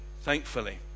thankfully